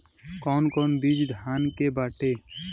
कौन कौन बिज धान के बाटे?